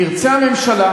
תרצה הממשלה,